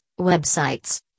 websites